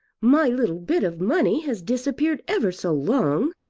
my little bit of money has disappeared ever so long.